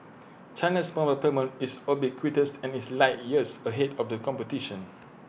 China's mobile payment is ubiquitous and is light years ahead of the competition